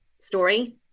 story